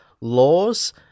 laws